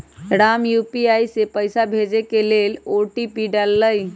Ram UPI से पइसा भेजे के लेल ओ.टी.पी डाललई